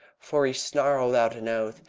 for he snarled out an oath,